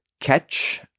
catch